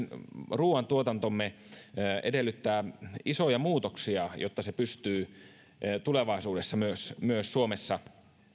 ruuantuotantomme edellyttää isoja muutoksia jotta se pystyy tulevaisuudessa myös myös suomessa